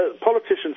politicians